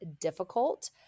difficult